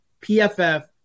PFF